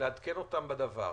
לעדכן אותם בדבר.